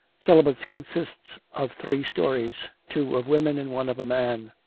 celibates consists of three stories two of women and one of a man.